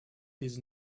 his